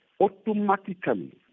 automatically